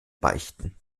beichten